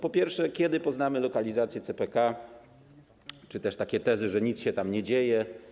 Po pierwsze, kiedy poznamy lokalizację CPK - czy też takie tezy, że nic się tam nie dzieje.